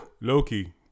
Loki